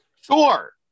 Sure